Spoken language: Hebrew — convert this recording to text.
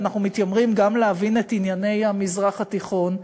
ואנחנו מתיימרים גם להבין את ענייני המזרח התיכון,